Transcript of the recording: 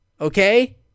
Okay